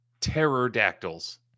Pterodactyls